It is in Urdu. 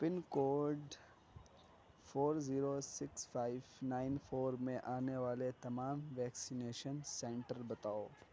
پن code four zero six five nine four میں آنے والے تمام ویکسینیشن سینٹر بتاؤ